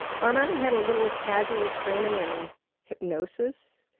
armani had a little casual training in hypnosis,